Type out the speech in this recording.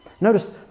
Notice